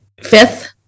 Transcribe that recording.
fifth